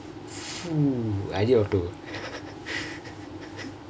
I did auto